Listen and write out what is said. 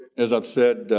as i've said,